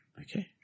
Okay